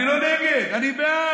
אני לא נגד, אני בעד.